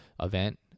event